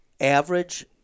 average